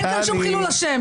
אין כאן שום חילול השם.